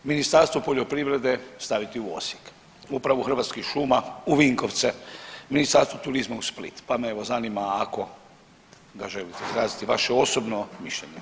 Ministarstvo poljoprivrede staviti u Osijek, Upravu Hrvatskih šuma u Vinkovce, Ministarstvo turizma u Split, pa me evo zanima ako … izraziti vaše osobno mišljenje.